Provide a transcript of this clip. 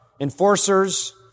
enforcers